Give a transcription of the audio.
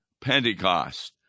Pentecost